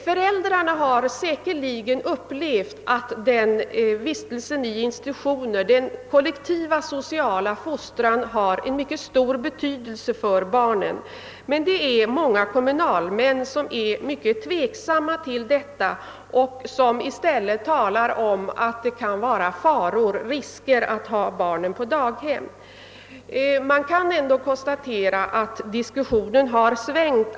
Föräldrarna har säkerligen upplevt att den kollektiva, sociala fostran som barnen får vid vistelse i institutioner har en mycket stor betydelse för barnen. Men det finns många kommunalmän som ställer sig mycket tveksamma och som i stället talar om att det kan vara risker förknippade med att ha barnen på barnstugor. Men man kan ändå konstatera att inställningen har svängt.